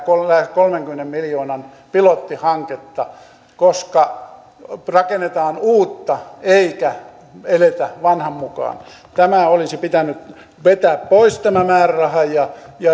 kolmenkymmenen miljoonan pilottihanketta koska rakennetaan uutta eikä eletä vanhan mukaan tämä määräraha olisi pitänyt vetää pois ja